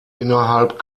innerhalb